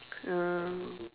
um